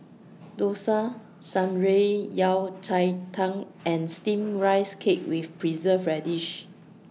Dosa Shan Rui Yao Cai Tang and Steamed Rice Cake with Preserved Radish